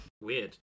Weird